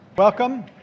Welcome